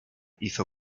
hizo